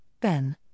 Ben